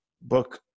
book